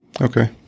Okay